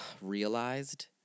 realized